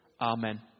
Amen